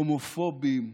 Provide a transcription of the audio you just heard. הומופובית,